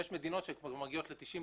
יש מדינות שמגיעות ל-90%.